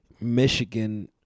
Michigan